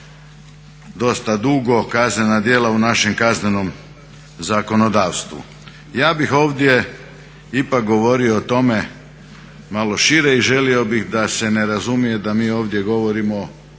dosta dugo kaznena djela u našem kaznenom zakonodavstvu. Ja bih ovdje ipak govorio o tome malo šire i želio bih da se ne razumije da mi ovdje govorimo